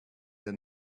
that